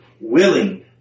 willing